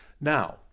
Now